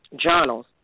journals